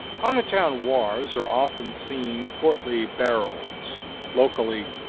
on the town wharves are often seen portly barrels locally,